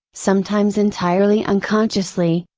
sometimes entirely unconsciously,